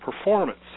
performance